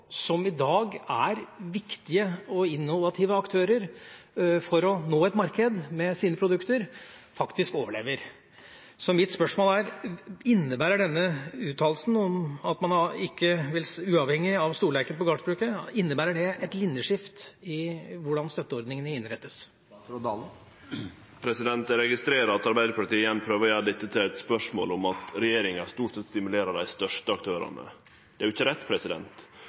som i dag er viktige og innovative aktører for å nå et marked med sine produkter, faktisk overlever. Så mitt spørsmål er: Innebærer uttalelsen om «uavhengig av storleiken på gardsbruket» et linjeskift i hvordan støtteordningene innrettes? Eg registrerer at Arbeiderpartiet igjen prøver å gjere dette til eit spørsmål om at regjeringa stort sett stimulerer dei største aktørane. Det er ikkje rett.